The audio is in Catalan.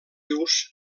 rius